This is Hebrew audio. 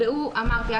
אמרתי,